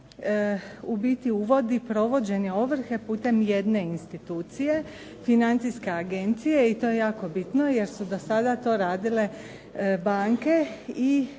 uvodi provođenje ovrhe putem jedne institucije, Financijske agencije i to je jako bitno jer su do sada to radile banke i